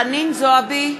חנין זועבי,